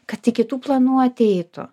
kad iki tų planų ateitų